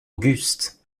auguste